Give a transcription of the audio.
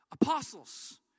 apostles